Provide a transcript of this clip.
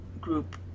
group